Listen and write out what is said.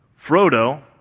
Frodo